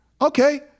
okay